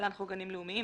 (להלן - חוק גנים לאומיים),